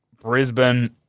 Brisbane